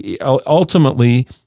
ultimately